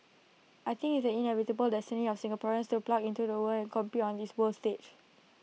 I think it's the inevitable destiny of Singaporeans to plug into the world and compete on this world stage